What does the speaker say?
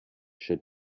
should